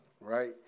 right